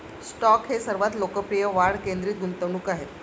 stock हे सर्वात लोकप्रिय वाढ केंद्रित गुंतवणूक आहेत